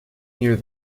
near